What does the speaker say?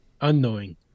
unknowing